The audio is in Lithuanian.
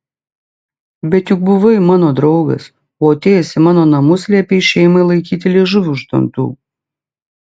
bet juk buvai mano draugas o atėjęs į mano namus liepei šeimai laikyti liežuvį už dantų